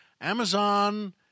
Amazon